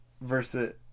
versus